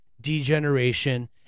degeneration